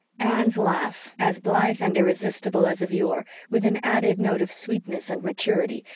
anne's laugh, as blithe and irresistible as of yore, with an added note of sweetness and maturity,